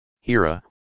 Hira